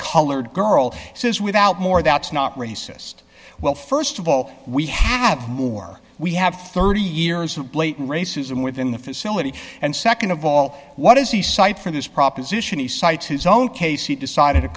colored girl says without more that's not racist well st of all we have more we have thirty years of blatant racism within the facility and nd of all what does he cite for this proposition he cites his own case he decided a